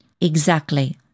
Exactly